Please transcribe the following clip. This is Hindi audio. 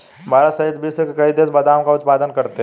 भारत सहित विश्व के कई देश बादाम का उत्पादन करते हैं